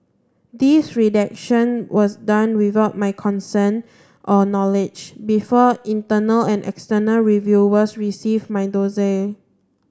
this redaction was done without my consent or knowledge before internal and external reviewers receive my dossier